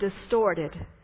distorted